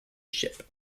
ship